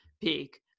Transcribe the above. peak